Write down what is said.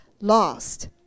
lost